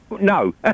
No